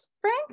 frank